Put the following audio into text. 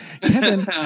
kevin